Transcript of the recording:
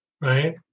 right